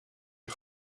een